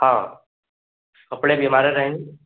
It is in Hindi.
हाँ कपड़े भी हमारे रहेंगे